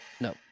No